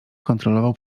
kontrolował